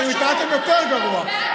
אתם התנהגתם יותר גרוע,